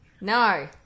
No